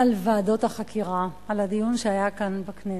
על ועדות החקירה, על הדיון שהיה כאן בכנסת,